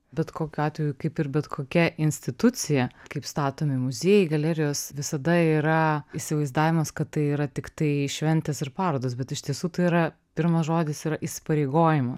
bet kokiu atveju kaip ir bet kokia institucija kaip statomi muziejai galerijos visada yra įsivaizdavimas kad tai yra tiktai šventės ir parodos bet iš tiesų tai yra pirmas žodis yra įsipareigojimo